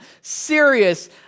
serious